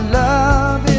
love